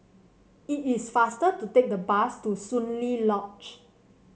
it is faster to take the bus to Soon Lee Lodge